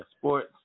Sports